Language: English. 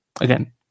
again